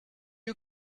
you